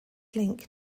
link